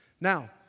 Now